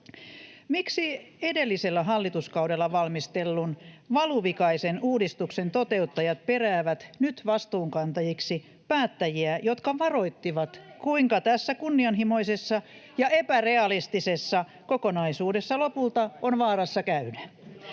Miksi edellisellä hallituskaudella valmistellun, valuvikaisen uudistuksen toteuttajat peräävät nyt vastuunkantajiksi päättäjiä, jotka varoittivat, kuinka tässä kunnianhimoisessa ja epärealistisessa kokonaisuudessa lopulta on vaarassa käydä?